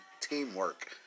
teamwork